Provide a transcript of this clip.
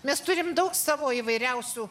mes turim daug savo įvairiausių